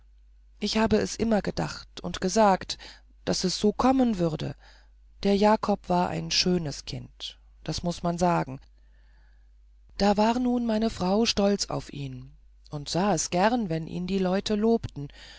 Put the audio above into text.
ich habe es immer gedacht und gesagt daß es so kommen würde der jakob war ein schönes kind das muß man sagen da war nun meine frau stolz auf ihn und sah es gerne wenn ihn die leute lobten